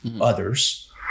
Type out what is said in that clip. others